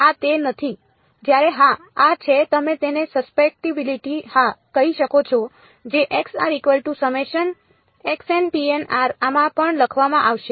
આ તે નથી જ્યારે હા આ છે તમે તેને સસેપ્ટીબિલિટી હા કહી શકો છો જે આમાં પણ લખવામાં આવશે